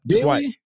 twice